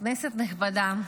כנסת נכבדה,